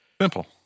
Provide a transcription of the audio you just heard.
Simple